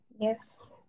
Yes